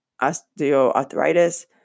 osteoarthritis